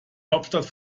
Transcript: hauptstadt